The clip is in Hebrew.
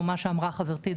ומה שאמרה חברתי,